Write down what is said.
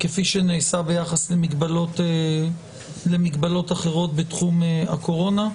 כפי שנעשה ביחס למגבלות אחרות בתחום הקורונה.